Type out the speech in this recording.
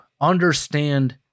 understand